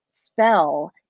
spell